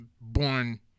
born